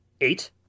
Eight